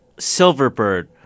Silverbird